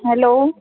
hello